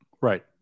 Right